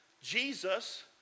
Jesus